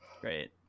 great